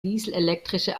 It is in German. dieselelektrische